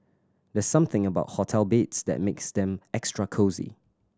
there's something about hotel beds that makes them extra cosy